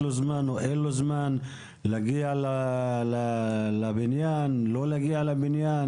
שיש לו זמן או אין לו זמן להגיע לבניין או לא להגיע לבניין?